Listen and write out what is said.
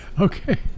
Okay